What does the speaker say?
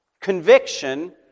conviction